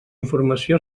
informació